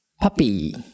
Puppy